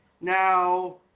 Now